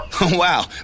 Wow